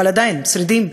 אבל עדיין שרידים,